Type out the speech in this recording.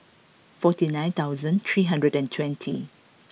forty nine thousand three hundred and twenty